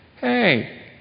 Hey